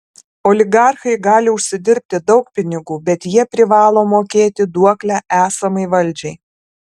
oligarchai gali uždirbti daug pinigų bet jie privalo mokėti duoklę esamai valdžiai